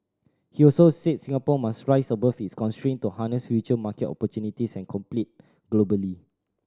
he also said Singapore must rise above its constraint to harness future market opportunities and compete globally